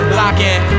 locking